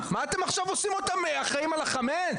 אותם, מה אתם עכשיו עושים אותם אחראים על החמץ?